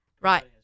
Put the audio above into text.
right